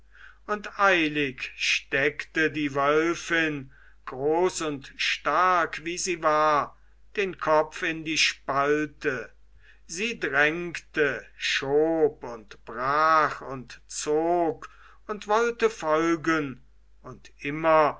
und eilig steckte die wölfin groß und stark wie sie war den kopf in die spalte sie drängte schob und brach und zog und wollte folgen und immer